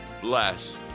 bless